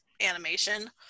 animation